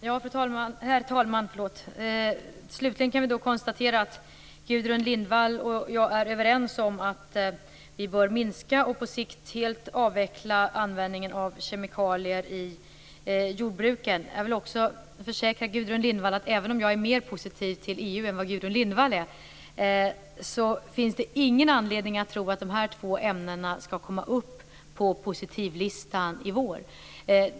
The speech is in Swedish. Herr talman! Slutligen kan vi konstatera att Gudrun Lindvall och jag är överens om att vi bör minska och på sikt helt avveckla användningen av kemikalier i jordbruket. Jag vill också försäkra Gudrun Lindvall om att även om jag är mer positiv till EU än vad Gudrun Lindvall är så finns det ingen anledning att tro att de två ämnena skall komma upp på positivlistan i vår.